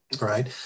right